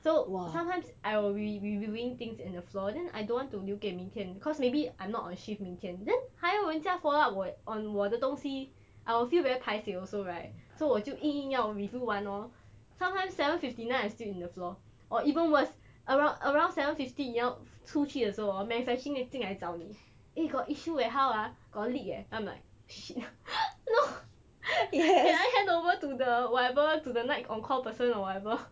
so sometimes I will be reviewing things in the floor then I don't want to 留给明天 cause maybe I'm not on shift 明天 then 还要人家 follow up 我 on 我的东西 I will feel very paiseh also right so 我就硬硬要 review 完 lor sometimes seven fifty nine I still in the floor or even worse around around seven fifty 你要出去的时候 hor manufacturing 进来找你 eh got issue leh how ah got leak leh I'm like shit no can I handover to the whatever to the night on call person or whatever